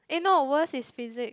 eh no worst is physics